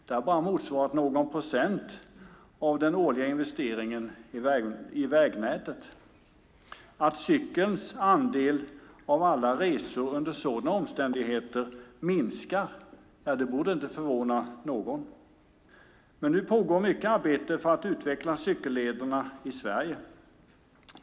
Det har bara motsvarat någon procent av den årliga investeringen i vägnätet. Att cyklingens andel av alla resor under sådana omständigheter minskar borde inte förvåna någon. Men nu pågår mycket arbete för att utveckla cykellederna i Sverige.